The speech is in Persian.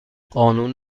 قانون